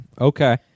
Okay